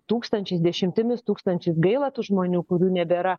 tūkstančiais dešimtimis tūkstančių gaila tų žmonių kurių nebėra